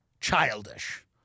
childish